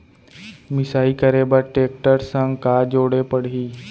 मिसाई करे बर टेकटर संग का जोड़े पड़ही?